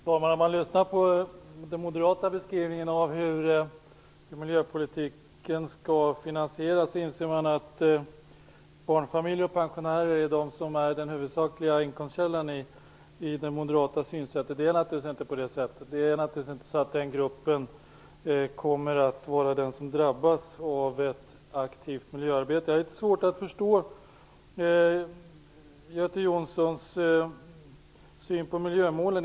Fru talman! När man lyssnar på den moderata beskrivningen av hur miljöpolitiken skall finansieras inser man att barnfamiljer och pensionärer är den huvudsakliga inkomstkällan i den moderata politiken. Det är naturligtvis inte så att den gruppen kommer att vara den som drabbas av ett aktivt miljöarbete. Jag har litet svårt att förstå Göte Jonssons syn på miljömålen.